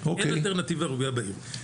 אין אלטרנטיבה ראויה בעיר.